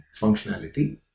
functionality